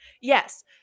Yes